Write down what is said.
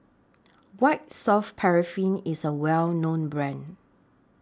White Soft Paraffin IS A Well known Brand